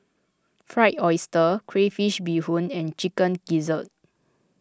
Fried Oyster Crayfish BeeHoon and Chicken Gizzard